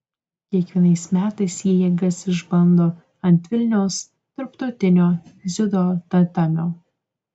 kiekvienais metais jie jėgas išbando ant vilniaus tarptautinio dziudo tatamio